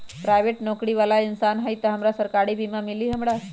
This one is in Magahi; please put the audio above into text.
पराईबेट नौकरी बाला इंसान हई त हमरा सरकारी बीमा मिली हमरा?